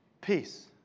peace